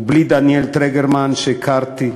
ובלי דניאל טרגרמן, שהכרתי,